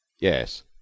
Yes